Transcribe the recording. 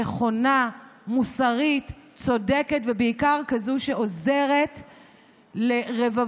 נכונה, מוסרית, צודקת, ובעיקר כזאת שעוזרת לרבבות